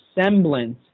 semblance